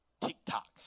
TikTok